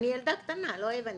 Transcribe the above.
אני ילדה קטנה, לא הבנתי,